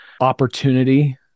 opportunity